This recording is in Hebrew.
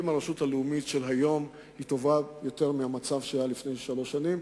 האם הרשות הלאומית של היום טובה משהיתה לפני שלוש שנים?